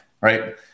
right